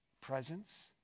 Presence